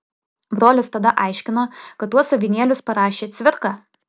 brolis tada aiškino kad tuos avinėlius parašė cvirka